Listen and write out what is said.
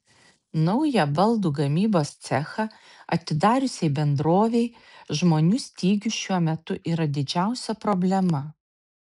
naują baldų gamybos cechą atidariusiai bendrovei žmonių stygius šiuo metu yra didžiausia problema